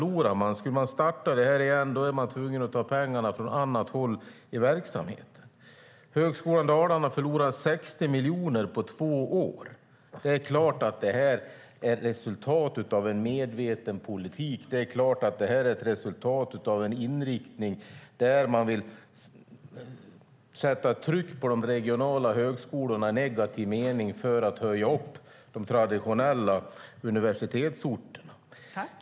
Om man ska starta utbildningen igen är man tvungen att ta pengarna från annat håll i verksamheten. Högskolan Dalarna förlorar 60 miljoner på två år. Det är klart att det är ett resultat av en medveten politik och en inriktning mot att sätta ett tryck på de regionala högskolorna i negativ mening för att höja upp de traditionella universitetsorterna.